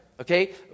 okay